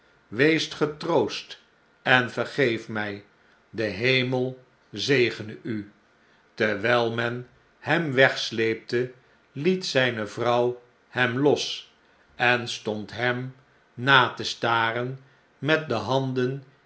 wees getroost en vergeef mij de hemel zegene u terwfll men hem wegsleepte liet zyne vrouw hem los en stond hem na te staren met de handen